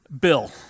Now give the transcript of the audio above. Bill